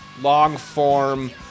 long-form